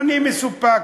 אני מסופק.